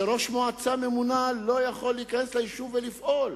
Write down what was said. שראש מועצה ממונה לא יכול להיכנס ליישוב ולפעול.